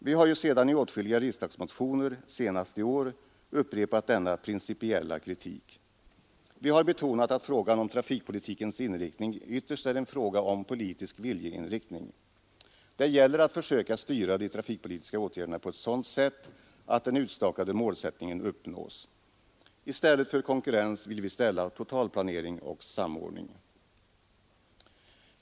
Vi har ju sedan i åtskilliga riksdagsmotioner, senast i år, upprepat denna principiella kritik. Vi har betonat att frågan om trafikpolitikens inriktning ytterst är en fråga om politisk viljeinriktning. Det gäller att försöka styra de trafikpolitiska åtgärderna på ett sådant sätt att den utstakade målsättningen uppnås. I stället för konkurrens vill vi ställa totalplanering och samordning.